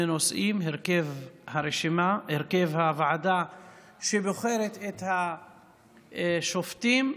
נושאים: הרכב הוועדה שבוחרת את השופטים,